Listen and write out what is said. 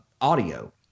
audio